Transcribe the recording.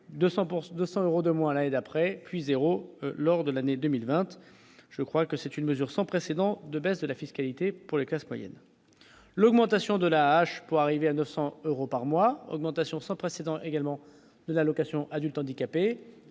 200 euros de moins l'année d'après, cuisent héros lors de l'année 2020, je crois que c'est une mesure sans précédent de baisse de la fiscalité pour les classes moyennes, l'augmentation de la âge pour arriver à 900 euros par mois, augmentation sans précédent également l'allocation adulte handicapé